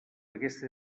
aquesta